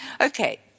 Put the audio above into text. Okay